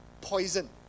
poison